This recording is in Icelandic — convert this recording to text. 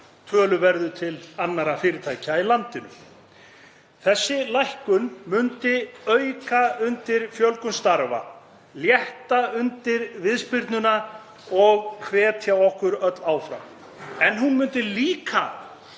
töluverðu til annarra fyrirtækja í landinu. Þessi lækkun myndi ýta undir fjölgun starfa, létta undir með viðspyrnunni og hvetja okkur öll áfram en hún myndi líka